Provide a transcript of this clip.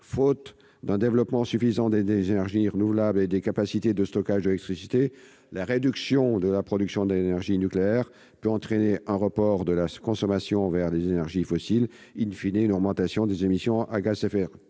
faute d'un développement suffisant des énergies renouvelables et des capacités de stockage de l'électricité, la réduction de la production d'énergie nucléaire pourrait entraîner un report de la consommation vers les énergies fossiles, et une augmentation des émissions de gaz à effet